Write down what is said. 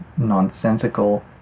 nonsensical